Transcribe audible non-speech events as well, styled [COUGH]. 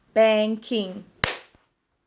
banking [NOISE]